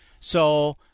So-